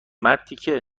مرتیکه